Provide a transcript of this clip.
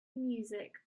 music